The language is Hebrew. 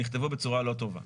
נכתבו בצורה לא טובה.